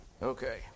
Okay